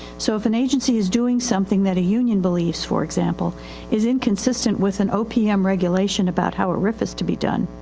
so if an agency is doing something that a union believes for example is inconsistent with an opm regulation about how a rif is to be done,